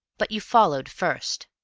but you followed first.